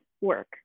work